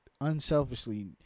unselfishly